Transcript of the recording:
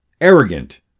arrogant